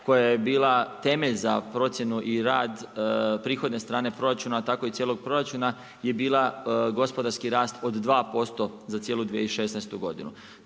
koja je bila temelj za procjenu i rad prihodne strane proračuna, tako i cijelog proračuna, je bila gospodarski rast od 2% za cijelu 2016. godinu.